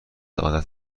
عادت